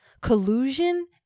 collusion